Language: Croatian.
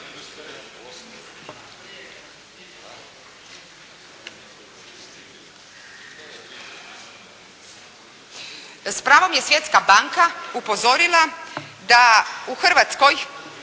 S pravom je Svjetska banka upozorila da u Hrvatskoj